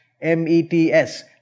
M-E-T-S